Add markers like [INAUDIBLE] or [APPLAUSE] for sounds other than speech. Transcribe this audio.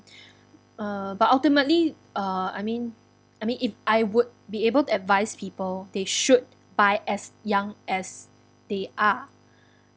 [BREATH] uh but ultimately uh I mean I mean if I would be able to advise people they should buy as young as they are [BREATH]